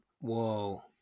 Whoa